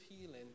healing